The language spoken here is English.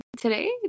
Today